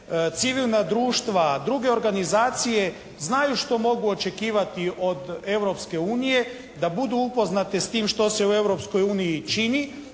civilna društva, druge organizacije znaju što mogu očekivati od Europske unije da budu upoznate sa tim što se u Europskoj